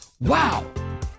wow